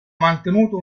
mantenuto